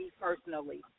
personally